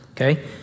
okay